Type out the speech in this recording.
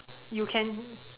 you can